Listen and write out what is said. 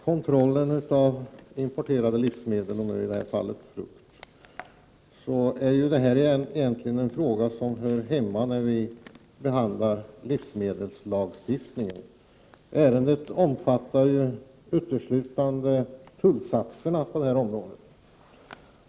Kontrollen av importerade livsmedel, i det här fallet frukt, är egentligen en fråga som hör hemma när vi behandlar livsmedelslagstiftningen. Ärendet omfattar ju uteslutande tullsatserna på detta område.